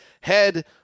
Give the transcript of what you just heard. head